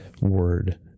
word